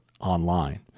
online